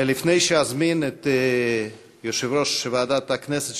לפני שאזמין את יושב-ראש ועדת הכנסת,